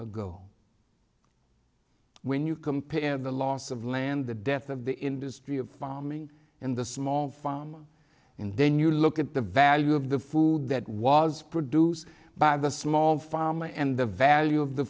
ago when you compare the loss of land the death of the industry of farming in the small farm and then you look at the value of the food that was produced by the small farmer and the value of the